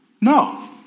No